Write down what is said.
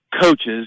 coaches